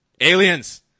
aliens